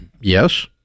Yes